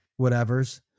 whatevers